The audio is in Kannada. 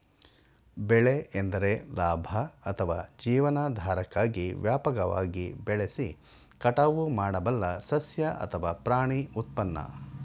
ಬೆಳೆ ಎಂದರೆ ಲಾಭ ಅಥವಾ ಜೀವನಾಧಾರಕ್ಕಾಗಿ ವ್ಯಾಪಕವಾಗಿ ಬೆಳೆಸಿ ಕಟಾವು ಮಾಡಬಲ್ಲ ಸಸ್ಯ ಅಥವಾ ಪ್ರಾಣಿ ಉತ್ಪನ್ನ